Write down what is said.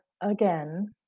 again